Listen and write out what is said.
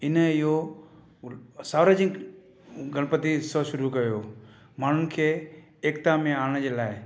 हिन इहो सार्वजिक गणपति सां शुरू कयो माण्हुनि खे एकिता में आणण जे लाइ